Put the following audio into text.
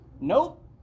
Nope